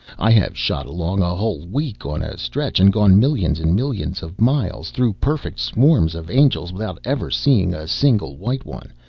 i have shot along, a whole week on a stretch, and gone millions and millions of miles, through perfect swarms of angels, without ever seeing a single white one,